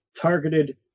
targeted